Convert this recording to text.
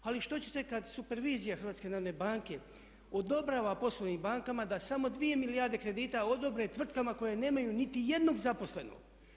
Ali što ćete kad supervizija HNB-a odobrava poslovnim bankama da samo 2 milijarde kredita odobre tvrtkama koje nemaju niti jednog zaposlenog.